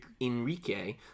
Enrique